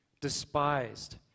despised